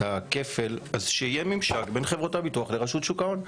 הכפל אז שיהיה ממשק בין חברות הביטוח לרשות שוק ההון.